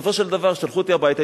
בסופו של דבר שלחו אותי הביתה.